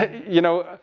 you know,